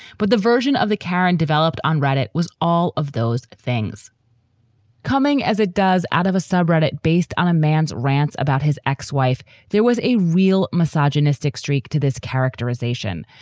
but the version of the karen developed on red. it was all of those things coming as it does out of a subrata. it based on a man's rants about his ex-wife. there was a real misogynistic streak to this characterization,